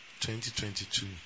2022